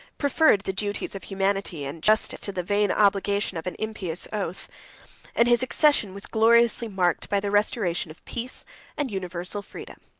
preferred the duties of humanity and justice to the vain obligation of an impious oath and his accession was gloriously marked by the restoration of peace and universal freedom.